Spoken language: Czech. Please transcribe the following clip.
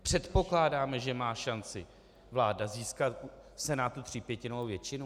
Předpokládáme, že má šanci vláda získat v Senátu třípětinovou většinu?